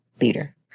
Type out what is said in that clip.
leader